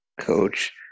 Coach